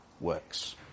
works